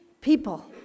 people